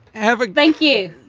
ever. thank you.